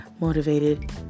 motivated